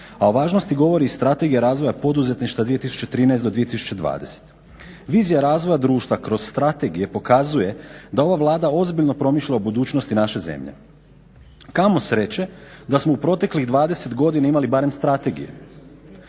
a o važnosti govori strategija razvoja poduzetništva 2013.-2020. Vizija razvoja društva kroz strategije pokazuje da ova Vlada ozbiljno promišlja o budućnosti naše zemlje. Kamo sreće, da smo u proteklih dvadeset godina imali barem strategije.